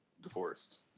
divorced